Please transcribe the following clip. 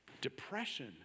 depression